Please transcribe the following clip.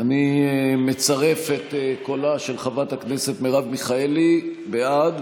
אני מצרף את קולה של חברת הכנסת מיכאלי בעד,